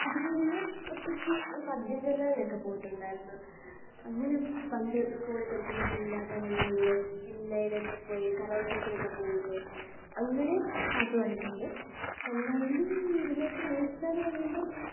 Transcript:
അതു കഴിഞ്ഞ് ഒറ്റയ്ക്ക് ഒരു പദ്യം ചൊല്ലലിനൊക്കെ പോയിട്ടുണ്ടായിരുന്നു അങ്ങനെ പണ്ടു സ്കൂളിൽ പഠിക്കുമ്പോൾ ജില്ലാതലങ്ങളിൽ ജില്ലയിലൊക്കെ പോയി കലോത്സവത്തിനൊക്കെ പോവൂലെ അങ്ങനെ പാട്ട് പാടിയിട്ടുണ്ട് അല്ലാണ്ട് ഇതിലേക്കു നയിച്ചെന്നു പറയുമ്പം